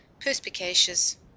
perspicacious